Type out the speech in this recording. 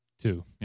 Two